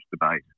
Debate